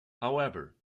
however